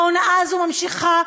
ההונאה הזאת נמשכת,